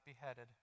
beheaded